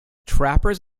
trappers